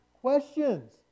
questions